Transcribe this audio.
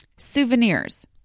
Souvenirs